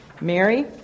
Mary